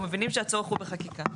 אנחנו מבינים שהצורך הוא בחקיקה.